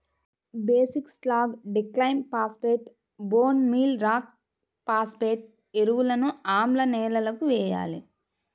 basic slag, డిక్లైమ్ phosphate, bone meal rock phosphate ఎరువులను ఆమ్ల నేలలకు వేయాలి